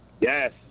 Yes